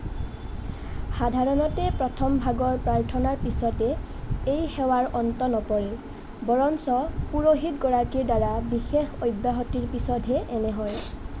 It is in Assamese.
সাধাৰণতে প্ৰথম ভাগৰ প্ৰাৰ্থনাৰ পিছতে এই সেৱাৰ অন্ত নপৰে বৰঞ্চ পুৰোহিতগৰাকীৰ দ্বাৰা বিশেষ অব্যাহতিৰ পিছতহে এনে হয়